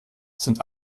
sind